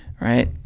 right